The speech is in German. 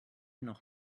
noch